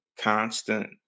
constant